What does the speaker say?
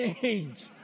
change